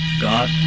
God